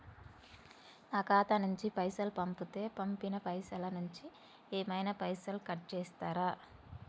నా ఖాతా నుండి పైసలు పంపుతే పంపిన పైసల నుంచి ఏమైనా పైసలు కట్ చేత్తరా?